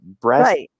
Breast